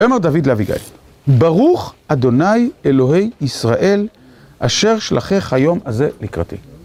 אמר דוד לאביגייל, ברוך אדוני אלוהי ישראל, אשר שלחך היום הזה לקראתי.